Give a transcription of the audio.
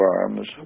arms